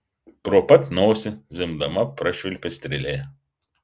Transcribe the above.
pro pat nosį zvimbdama prašvilpė strėlė